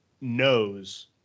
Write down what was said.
knows